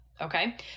Okay